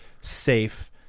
safe